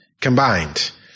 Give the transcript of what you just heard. combined